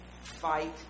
Fight